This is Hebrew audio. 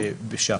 בכל צורה,